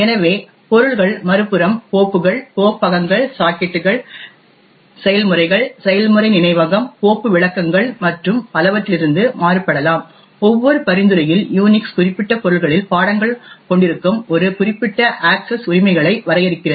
எனவே பொருள்கள் மறுபுறம் கோப்புகள் கோப்பகங்கள் சாக்கெட்டுகள் செயல்முறைகள் செயல்முறை நினைவகம் கோப்பு விளக்கங்கள் மற்றும் பலவற்றிலிருந்து மாறுபடலாம் ஒவ்வொரு பரிந்துரையில் யூனிக்ஸ் குறிப்பிட்ட பொருள்களில் பாடங்கள் கொண்டிருக்கும் ஒரு குறிப்பிட்ட அக்சஸ் உரிமைகளை வரையறுக்கிறது